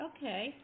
Okay